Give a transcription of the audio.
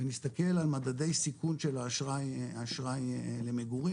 ונסתכל על מדדי סיכון של האשראי למגורים.